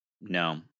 no